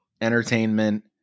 entertainment